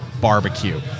barbecue